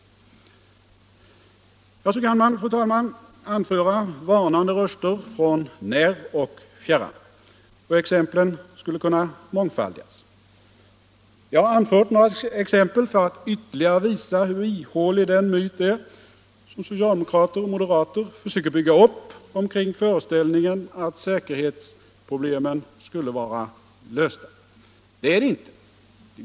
Så kan man, fru talman, anföra varnande röster från när och fjärran. Exemplen skulle kunna mångfaldigas. Jag har anfört några för att ytterligare visa hur ihålig den myt är som socialdemokrater och moderater försöker bygga upp kring föreställningen att säkerhetsproblemen skulle vara lösta. Det är de inte.